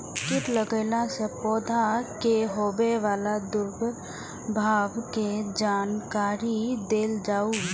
कीट लगेला से पौधा के होबे वाला दुष्प्रभाव के जानकारी देल जाऊ?